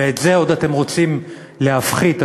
ואת זה אתם רוצים עוד להפחית,